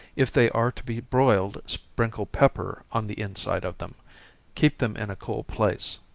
if they are to be broiled, sprinkle pepper on the inside of them keep them in a cool place.